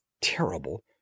terrible